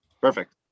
Perfect